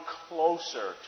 closer